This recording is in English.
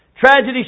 Tragedy